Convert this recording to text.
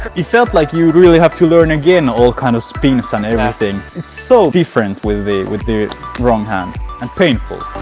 felt like you would really have to learn again all kind of spins and everything it's so different with the with the wrong hand and painful!